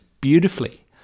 beautifully